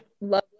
love